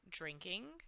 drinking